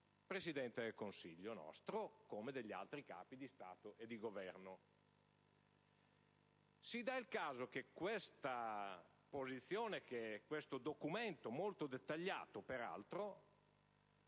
Presidente del Consiglio, così come quella di altri Capi di Stato e di Governo. Si dà il caso che questa posizione e questo documento, molto dettagliato peraltro,